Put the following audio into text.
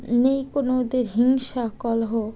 নেই কোনো ওদের হিংসা কলহ